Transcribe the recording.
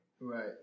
Right